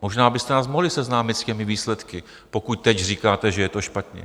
Možná byste nás mohli seznámit s těmi výsledky, pokud teď říkáte, že je to špatně.